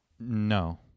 No